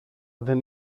δεν